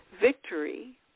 victory